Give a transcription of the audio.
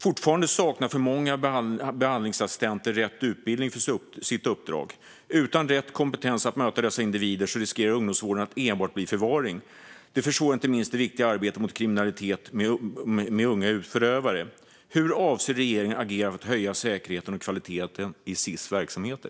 Fortfarande saknar för många behandlingsassistenter rätt utbildning för sitt uppdrag. Utan rätt kompetens att möta dessa individer riskerar ungdomsvården att enbart bli förvaring. Det försvårar inte minst det viktiga arbetet mot kriminalitet med unga förövare. Hur avser regeringen att agera för att höja säkerheten och kvaliteten i Sis verksamheter?